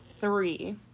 three